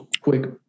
quick